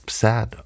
sad